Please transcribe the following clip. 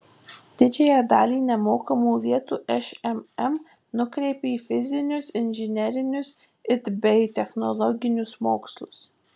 didžiąją dalį nemokamų vietų šmm nukreipė į fizinius inžinerinius it bei technologinius mokslus